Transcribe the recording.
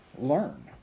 learn